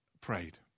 prayed